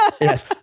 Yes